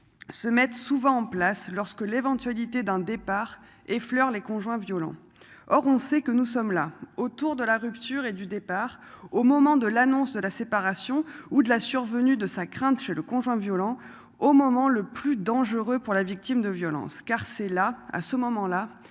Se mettent souvent en place lorsque l'éventualité d'un départ effleure les conjoints violents. Or on sait que nous sommes là autour de la rupture et du départ, au moment de l'annonce de la séparation ou de la survenue de sa crainte chez le conjoint violent au moment le plus dangereux pour la victime de violences car c'est là à ce moment-là